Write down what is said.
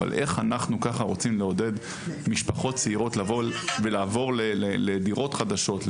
איך אנחנו כך רוצים לעודד משפחות צעירות לעבור לדירות חדשות,